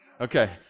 Okay